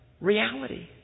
reality